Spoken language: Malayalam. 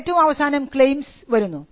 ഏറ്റവും അവസാനം ക്ളെയിംസ് വരുന്നു